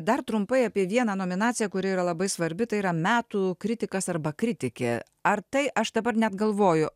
dar trumpai apie vieną nominaciją kuri yra labai svarbi tai yra metų kritikas arba kritikė ar tai aš dabar net galvoju